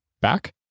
back